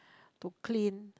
to clean